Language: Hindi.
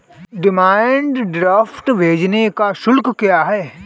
डिमांड ड्राफ्ट भेजने का शुल्क क्या है?